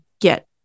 get